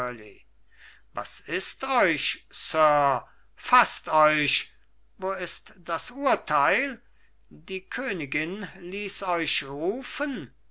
was ist euch sir faßt euch wo ist das urteil die königin ließ euch rufen